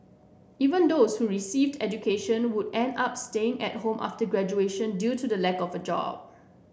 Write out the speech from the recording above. even those who received education would end up staying at home after graduation due to the lack of a job